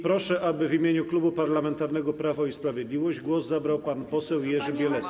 Proszę, aby w imieniu Klubu Parlamentarnego Prawo i Sprawiedliwość głos zabrał pan poseł Jerzy Bielecki.